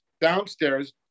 downstairs